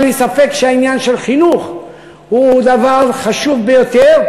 אין לי ספק שהעניין של חינוך הוא דבר חשוב ביותר,